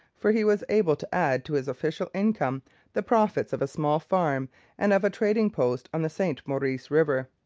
for he was able to add to his official income the profits of a small farm and of a trading post on the st maurice river.